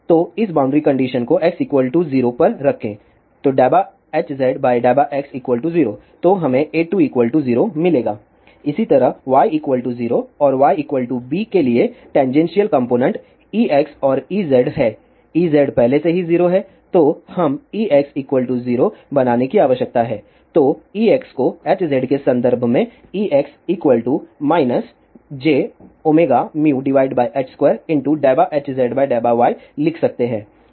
तो इस boundary condition को x 0 पर रखें ∂Hz∂x0 तो हमें A2 0 मिलेगा इसी तरह y 0 और y b के लिए टैनजेनशिअल कॉम्पोनेन्ट Ex और Ez हैं Ez पहले से ही 0 हैं तो हम Ex 0 बनाने की जरूरत है तो Ex को Hzके संदर्भ में Ex jωμh2∂Hz∂y लिख सकते है